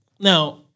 Now